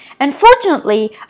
Unfortunately